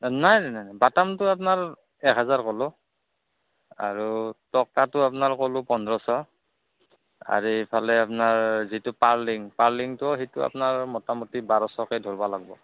নাই নাই নাই বাটামটো আপনাৰ এক হেজাৰ ক'লোঁ আৰু তক্টাটো আপনাৰ ক'লোঁ পোন্ধৰশ আৰু ইফালে আপোনাৰ যিটো পাৰলিং পাৰলিংটো সেইটো আপোনাৰ মোটামুটি বাৰশকে ধৰবা লাগব